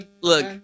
Look